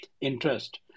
interest